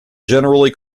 generally